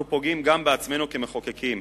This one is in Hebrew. אנחנו פוגעים גם בעצמנו כמחוקקים,